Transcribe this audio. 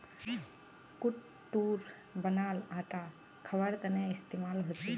कुट्टूर बनाल आटा खवार तने इस्तेमाल होचे